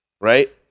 Right